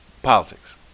Politics